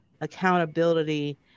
accountability